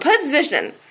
position